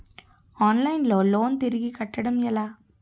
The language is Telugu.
ఆన్లైన్ లో లోన్ తిరిగి కట్టడం ఎలా?